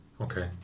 Okay